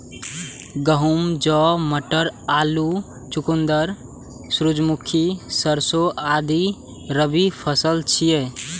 गहूम, जौ, मटर, आलू, चुकंदर, सूरजमुखी, सरिसों आदि रबी फसिल छियै